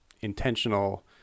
intentional